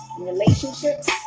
relationships